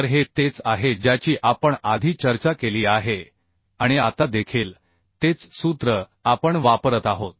तर हे तेच आहे ज्याची आपण आधी चर्चा केली आहे आणि आता देखील तेच सूत्र आपण वापरत आहोत